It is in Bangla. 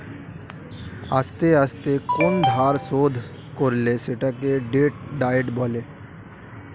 আস্তে আস্তে কোন ধার শোধ করলে সেটাকে ডেট ডায়েট বলে